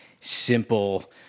simple